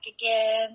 again